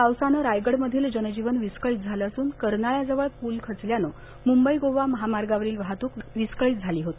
पावसाने रायगडामधील जनजीवन विस्कळीत झाल असून कर्नाळयाजवळ पूल खचल्याने मुंबई गोवा महामार्गावरील वाहतूक विस्कळीत झाली होती